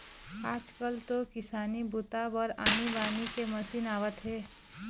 आजकाल तो किसानी बूता बर आनी बानी के मसीन आवत हे